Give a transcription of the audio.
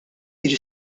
jiġi